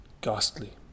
ghastly